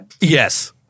Yes